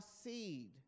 seed